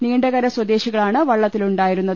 നീണ്ടകര സ്വദ്ദേശികളാണ് വള്ളത്തിലുണ്ടായിരുന്നത്